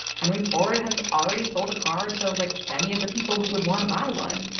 henry ford has already sold a car to, like, many of the people who would want to buy one.